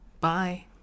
Bye